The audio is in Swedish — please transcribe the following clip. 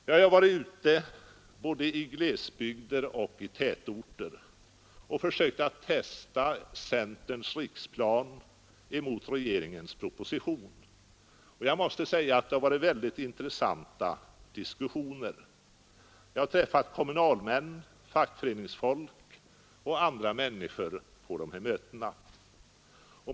Jag har varit ute både i glesbygder och i tätorter och försökt testa centerns riksplan mot regeringens proposition. Det har varit intressanta diskussioner. Jag har träffat kommunalmän, fackföreningsfolk och andra människor på dessa möten.